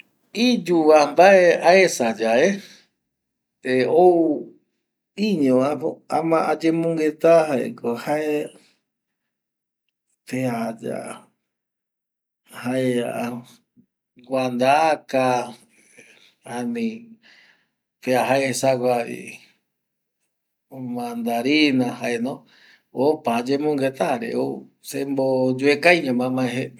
Iyuva vae aesa yave ou iño aymeongueta jaeko jae pea ya jae guandaka, ani pea esa gua jaea marandina jae no opa ayemongueta jare ou se mo yeucaiñoma amae je.